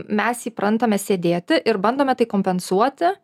mes įprantame sėdėti ir bandome tai kompensuoti